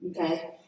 okay